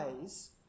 ways